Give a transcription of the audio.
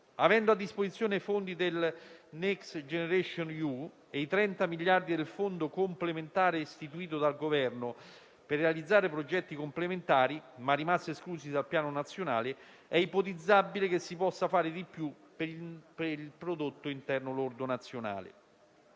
Avendo a disposizione i fondi del Next generation EU e i 30 miliardi di euro del fondo complementare istituito dal Governo per realizzare progetti complementari, ma rimasti esclusi dal Piano nazionale, è ipotizzabile che si possa fare di più per il prodotto interno lordo nazionale.